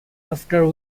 after